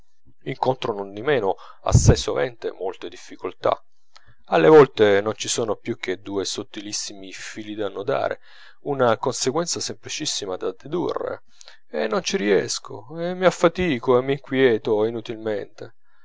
incontro nondimeno assai sovente molte difficoltà alle volte non ci sono più che due sottilissimi fili da annodare una conseguenza semplicissima da dedurre e non ci riesco e mi affatico e m'inquieto inutilmente